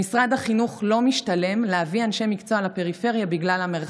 למשרד החינוך לא משתלם להביא אנשי מקצוע לפריפריה בגלל המרחק.